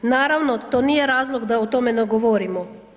Naravno, to nije razlog da o tome ne govorimo.